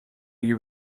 you